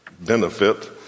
benefit